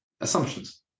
Assumptions